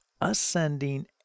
ascending